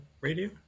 Radio